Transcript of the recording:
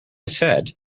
said